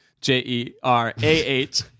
J-E-R-A-H